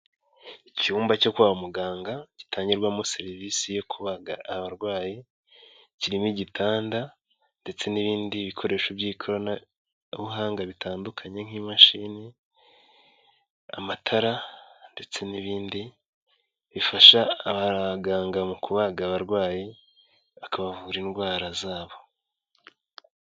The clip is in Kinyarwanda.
Icyumba cyo kwa muganga gitangirwamo serivisi yo kubaga abarwayi, kirimo igitanda ndetse n'ibindi bikoresho by'ikoranabuhanga bitandukanye nk'imashini, amatara, ndetse n'ibindi bifasha abaganga mu kubaga abarwayi, bakabavura indwara zabo.